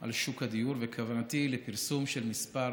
על שוק הדיור, וכוונתי לפרסום של מספר